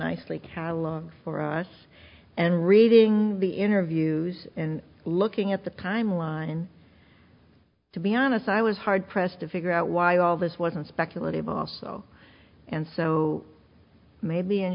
nicely catalog for us and reading the interviews and looking at the timeline to be honest i was hard pressed to figure out why all this wasn't speculative also and so maybe in